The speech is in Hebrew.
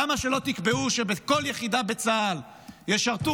למה שלא תקבעו שבכל יחידה בצה"ל ישרתו